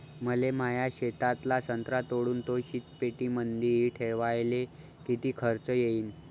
मले माया शेतातला संत्रा तोडून तो शीतपेटीमंदी ठेवायले किती खर्च येईन?